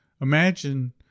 Imagine